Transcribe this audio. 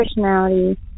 personality